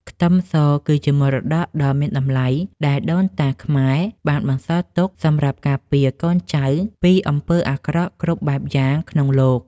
ខ្ទឹមសគឺជាមរតកដ៏មានតម្លៃដែលដូនតាខ្មែរបានបន្សល់ទុកសម្រាប់ការពារកូនចៅពីអំពើអាក្រក់គ្រប់បែបយ៉ាងក្នុងលោក។